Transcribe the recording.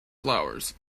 flowers